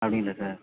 அப்படிங்களா சார்